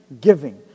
giving